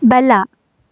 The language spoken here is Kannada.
ಬಲ